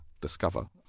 discover